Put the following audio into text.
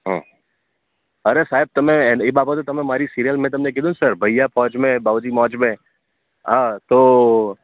હં અરે સાહેબ તમે એ બાબતે તમે મારી સિરિયલ મેં તમને કીધું ને સર ભૈયા ફૌજ મેં ભઉજી મૌજ મેં હા તો